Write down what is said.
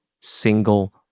single